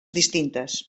distintes